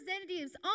representatives